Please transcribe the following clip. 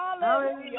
Hallelujah